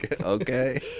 okay